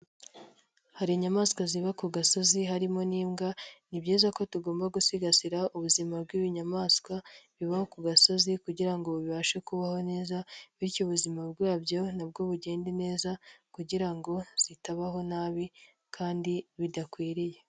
Hari inyamaswa ziba ku gasozi harimo n'imbwa, ni byiza ko tugomba gusigasira ubuzima bw'ibinyamaswa biba ku gasozi kugira ngo bibashe kubaho neza bityo ubuzima bwabyo nabwo bugendade neza kugira ngo zitabaho nabi kandi bidakwiriye.